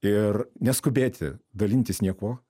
ir neskubėti dalintis niekuo